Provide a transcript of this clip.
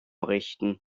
richten